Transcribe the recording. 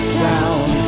sound